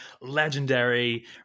legendary